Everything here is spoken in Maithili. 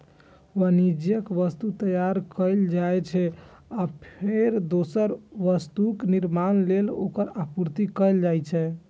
वाणिज्यिक वस्तु तैयार कैल जाइ छै, आ फेर दोसर वस्तुक निर्माण लेल ओकर आपूर्ति कैल जाइ छै